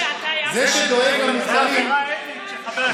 זו עבירה אתית של חבר הכנסת.